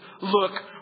look